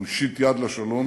הוא הושיט יד לשלום.